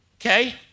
Okay